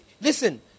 listen